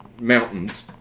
Mountains